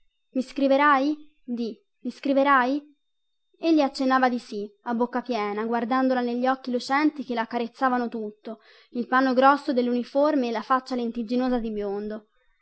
mi scriverai di mi scriverai egli accennava di sì a bocca piena guardandola negli occhi lucenti che laccarezzavano tutto il panno grosso delluniforme e la faccia lentigginosa di biondo